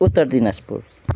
Uttar Dinajpur